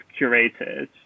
curated